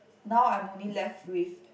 now I'm only left with